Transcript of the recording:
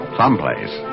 someplace